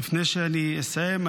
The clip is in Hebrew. לפני שאני אסיים,